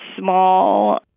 small